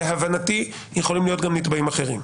להבנתי יכולים להיות גם נתבעים אחרים.